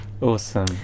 Awesome